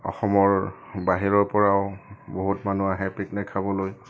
অসমৰ বাহিৰৰপৰাও বহুত মানুহ আহে পিকনিক খাবলৈ